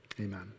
amen